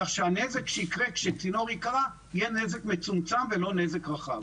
כך שהנזק שיקרה כשצינור ייקרע יהיה נזק מצומצם ולא נזק רחב.